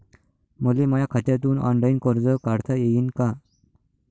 मले माया खात्यातून ऑनलाईन कर्ज काढता येईन का?